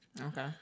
Okay